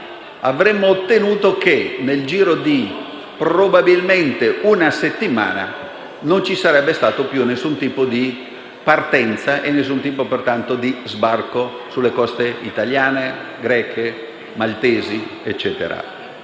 avremmo ottenuto che, nel giro probabilmente di una settimana, non ci sarebbero stati più alcun tipo di partenza e alcun tipo di sbarco sulle coste italiane, greche e maltesi, perché